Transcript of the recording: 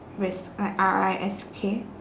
risk like R I S K